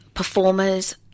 Performers